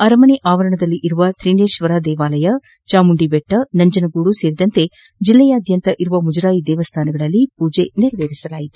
ಅರಮನೆ ಆವರಣದಲ್ಲಿರುವ ತ್ರಿನೇಶ್ವರ ಚಾಮುಂದಿ ಬೆಟ್ಟ ನಂಜನಗೂಡು ಸೇರಿದಂತೆ ಜಿಲ್ಲೆಯಾದ್ಯಂತ ಇರುವ ಮುಜಿರಾಯಿ ದೇವಾಲಯಗಳಲ್ಲಿ ಪೂಜೆ ನೆರವೇರಿಸಲಾಗಿದೆ